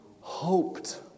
hoped